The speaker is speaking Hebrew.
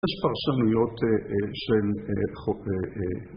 יש פרשנויות של חוקר.